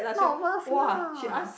not worth lah